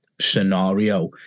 scenario